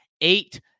eight